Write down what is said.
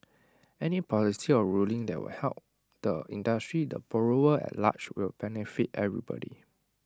any policy or ruling that will help the industry the borrower at large will benefit everybody